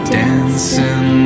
dancing